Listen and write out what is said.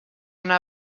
anar